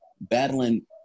battling